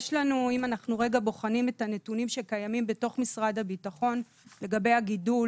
אם אנחנו רגע בוחנים את הנתונים שקיימים בתוך משרד הביטחון לגבי הגידול